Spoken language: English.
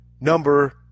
number